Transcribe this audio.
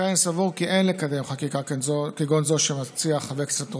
לכן אני סבור כי אין לקדם חקיקה כגון זו שמציע חבר הכנסת רול,